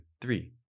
three